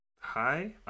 Hi